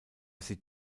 sieht